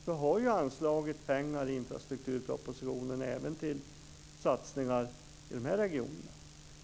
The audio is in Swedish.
Vi har ju anslagit pengar i infrastrukturpropositionen även till satsningar i denna region.